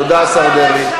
תודה, השר דרעי.